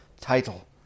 title